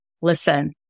listen